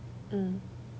mm